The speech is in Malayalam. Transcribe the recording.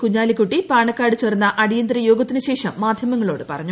കുഞ്ഞാലിക്കുട്ടി പാണക്കാട് ചേർന്ന അടിയന്തിരയോഗത്തിന് ശേഷം മാധ്യമങ്ങളോട് പറഞ്ഞു